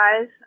guys